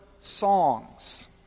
songs